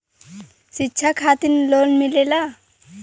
शिक्षा खातिन लोन मिलेला?